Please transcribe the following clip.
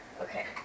Okay